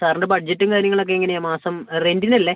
സാറിൻ്റെ ബഡ്ജറ്റും കാര്യങ്ങളൊക്കെ എങ്ങനെയാ മാസം റെന്റിന് അല്ലേ